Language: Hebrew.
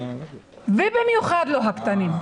ובמיוחד לא הקטנים.